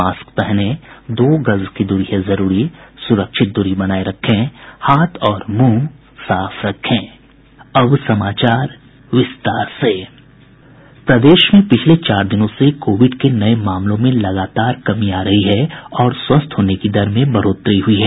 mask पहनें दो गज दूरी है जरूरी स्रक्षित दूरी बनाये रखें हाथ और मुंह साफ रखें प्रदेश में पिछले चार दिनों से कोविड के नये मामलों में लगातार कमी आ रही है और स्वस्थ होने की दर में बढ़ोतरी हुई है